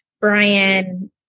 Brian